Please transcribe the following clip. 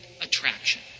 attraction